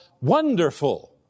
wonderful